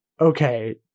okay